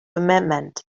amendment